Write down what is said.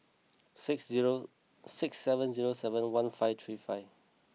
six zero six seven zero seven one five three five